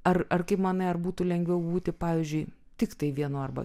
ar ar kaip manai ar būtų lengviau būti pavyzdžiui tiktai vienu arba